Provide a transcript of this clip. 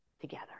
together